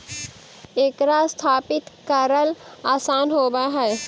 एकरा स्थापित करल आसान होब हई